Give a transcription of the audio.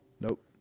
Nope